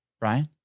Ryan